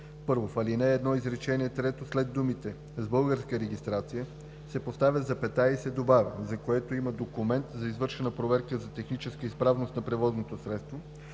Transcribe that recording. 1. В ал. 1, изречение трето след думите „с българска регистрация“ се поставя запетая и се добавя „за което има документ за извършена проверка на техническата изправност на превозното средство,